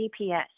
GPS